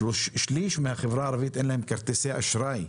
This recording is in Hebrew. על כך שלשליש מן החברה הערבית אין כרטיסי אשראי.